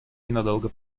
ненадолго